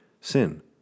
sin